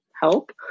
help